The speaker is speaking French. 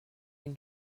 une